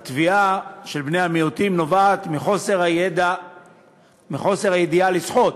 הטביעה של בני המיעוטים נובעת מחוסר הידיעה לשחות.